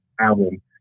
album